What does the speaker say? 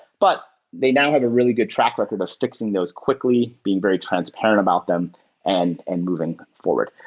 but they now have a really good track record of fixing those quickly, being very transparent about them and and moving forward.